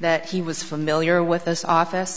that he was familiar with us office